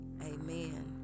amen